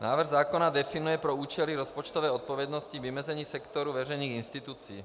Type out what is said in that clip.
Návrh zákona definuje pro účely rozpočtové odpovědnosti vymezení sektoru veřejných institucí.